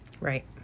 Right